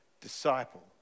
disciple